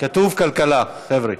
כתוב כלכלה, חבר'ה.